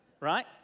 Right